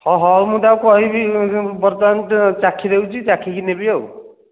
ହଁ ହଉ ମୁଁ ତାକୁ କହିବି ବର୍ତ୍ତମାନ୍ ଚାଖି ନେଉଛି ଚାଖି କି ନେବି ଆଉ